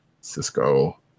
Cisco